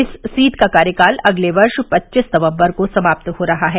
इस सीट का कार्यकाल अगले वर्ष पच्चीस नवम्बर को समाप हो रहा हैं